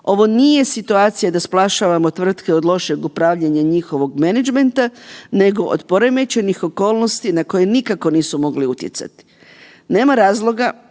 ovo nije situacija da spašavamo tvrtke od lošeg upravljanja njihovog menadžmenta nego od poremećenih okolnosti na koje nikako nisu mogli utjecati. Nema razloga